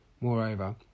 Moreover